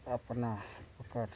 अपना वो कर